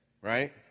Right